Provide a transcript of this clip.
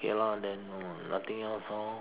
okay lah then no nothing else lor